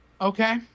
Okay